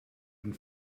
and